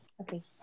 Okay